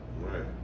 Right